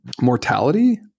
mortality